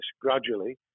gradually